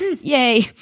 Yay